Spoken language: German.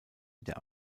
der